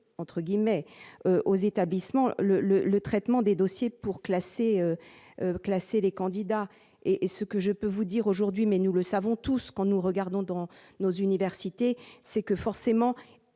entre guillemets, aux établissements, le traitement des dossiers pour classer classer les candidats et ce que je peux vous dire aujourd'hui, mais nous le savons tous quand nous regardons dans nos universités, c'est que, forcément,